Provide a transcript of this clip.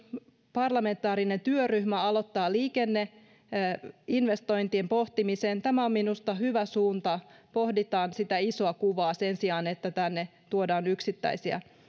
parlamentaarinen työryhmä aloittaa liikenneinvestointien pohtimisen tämä on minusta hyvä suunta pohditaan sitä isoa kuvaa sen sijaan että tänne tuodaan pelkästään yksittäisiä